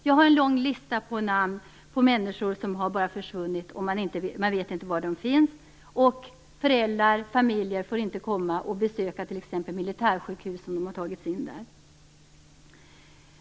Jag har en lång lista med namn på människor som bara har försvunnit och som man inte vet var de finns, och familjerna får inte komma och besöka dem på t.ex. militärsjukhus, om de har tagits in där.